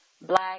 black